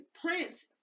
Prince